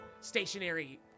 stationary